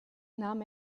nahm